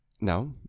No